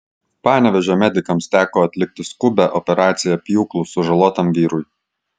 panevėžio medikams teko atlikti skubią operaciją pjūklu sužalotam vyrui